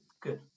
Good